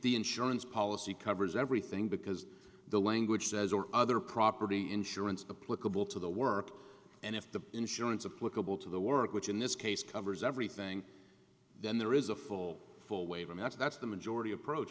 the insurance policy covers everything because the language says or other property insurance the political will to the work and if the insurance of political to the work which in this case covers everything then there is a full full wave and that's that's the majority approach